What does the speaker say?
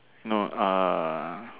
no eh